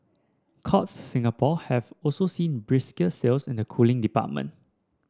Courts Singapore have also seen brisker sales in the cooling department